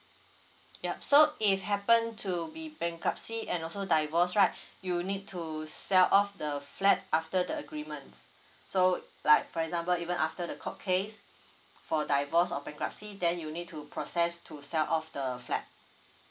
yup so if happen to be bankruptcy and also divorce right you need to sell off the flat after the agreement so like for example even after the court case for divorce or bankruptcy then you need to process to sell off the flat